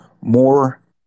more